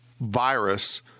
virus